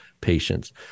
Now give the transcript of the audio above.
patients